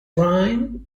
rhyme